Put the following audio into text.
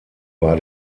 war